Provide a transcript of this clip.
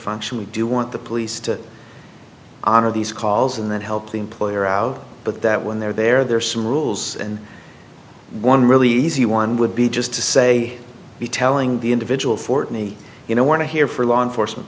function we do want the police to honor these calls and then help the employer out but that when they're there there are some rules and one really easy one would be just to say be telling the individual for me you know where to here for law enforcement